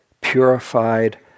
purified